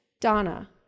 Donna